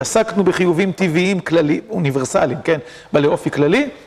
עסקנו בחיובים טבעיים, כלליים, אוניברסליים, כן? בעלי אופי כללי.